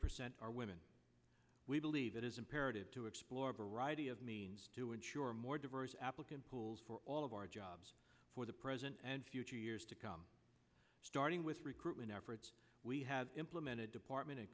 percent are women we believe it is imperative to explore a variety of means to ensure a more diverse applicant pools for all of our jobs for the present and future years to come starting with recruitment efforts we have implemented department